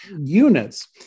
units